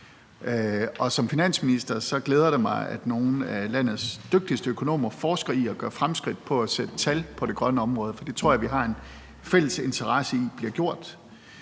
og som finansminister glæder det mig, at nogle af landets dygtigste økonomer forsker i at gøre fremskridt i at sætte tal på det grønne område, for det tror jeg vi har en fælles interesse i bliver gjort.